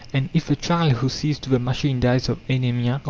and if the child who sees to the machine dies of anaemia,